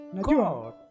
God